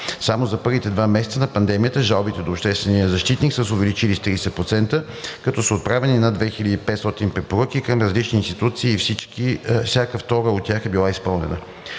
Само за първите два месеца на пандемията жалбите до обществения защитник се увеличават с 30%. Отправени са над 2500 препоръки към различни институции и всяка втора от тях е била изпълнена.